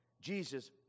jesus